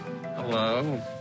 Hello